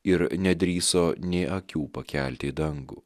ir nedrįso nė akių pakelti į dangų